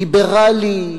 ליברלי,